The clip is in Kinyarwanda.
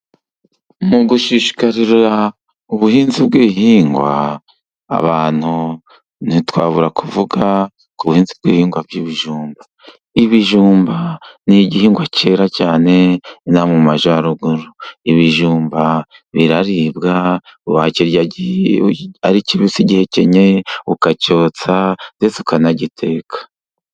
Mu gushishikarira ubuhinzi bw'ibihingwa, abantu ntitwabura kuvuga ku bihingwa by'ibijumba. Ibijumba ni igihingwa cyera cyane inaha mu Majyaruguru. Ibijumba biraribwa, wakirya ari kibisi ugihekenye, ukacyotsa ukanagiteka.